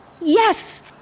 Yes